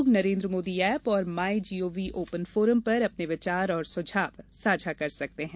लोग नरेन्द्र मोदी ऐप और my G O V open forum पर अपने विचार और सुझाव साझा कर सकते हैं